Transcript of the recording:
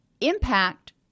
impact